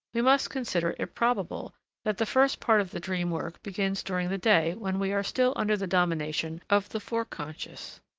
we must consider it probable that the first part of the dream-work begins during the day when we are still under the domination of the foreconscious.